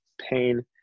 pain